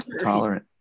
tolerant